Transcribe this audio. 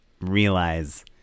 realize